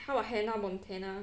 how about hannah montana